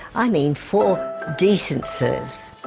i mean four decent serves.